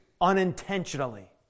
unintentionally